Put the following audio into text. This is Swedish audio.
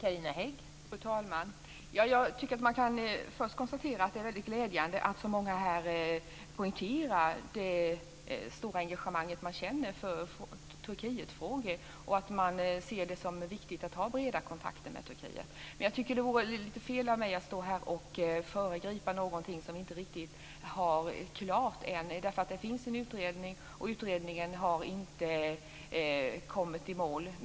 Fru talman! Först kan man konstatera att det är väldigt glädjande att så många här poängterar det stora engagemang man känner för Turkietfrågor och att man ser det som viktigt att ha breda kontakter med Turkiet. Men det vore lite fel av mig att stå här och föregripa någonting som inte riktigt är klart än. Det finns en utredning, och utredningen har inte kommit i mål.